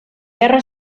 guerra